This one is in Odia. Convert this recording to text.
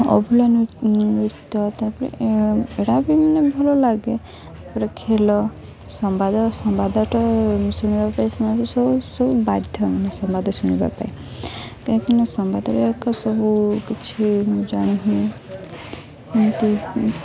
ଅଭୁଲା ନୃତ୍ୟ ତାପରେ ଏରା ବି ମାନେ ଭଲ ଲାଗେ ତାପରେ ଖେଳ ସମ୍ବାଦ ସମ୍ବାଦଟା ଶୁଣିବା ପାଇଁ ବାଧ୍ୟ ନୁହେଁ ସମ୍ବାଦ ଶୁଣିବା ପାଇଁ କାହିଁକି ନା ସମ୍ବାଦରେ ଏକ ସବୁ କିଛି ନ ଜାଣ ହୁଏ ଏମିତି